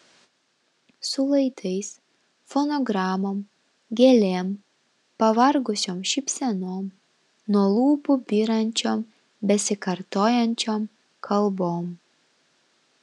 su laidais fonogramom gėlėm pavargusiom šypsenom nuo lūpų byrančiom besikartojančiom kalbom